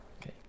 Okay